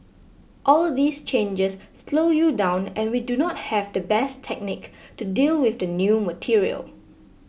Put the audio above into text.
all these changes slow you down and we do not have the best technique to deal with the new material